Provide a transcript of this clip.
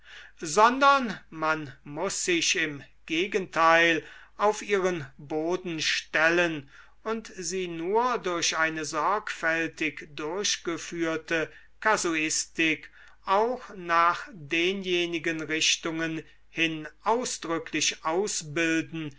sondern man muß sich im gegenteil auf ihren boden stellen und sie nur durch eine sorgfältig durchgeführte kasuistik auch nach denjenigen richtungen hin ausdrücklich ausbilden